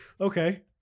okay